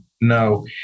No